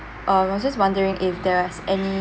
uh I was just wondering if there's any